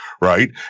right